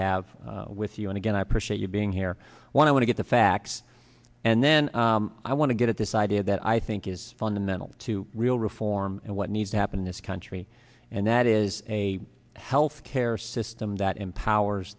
have with you and again i appreciate you being here i want to get the facts and then i want to get at this idea that i think is fundamental to real reform and what needs to happen in this country and that is a health care system that empowers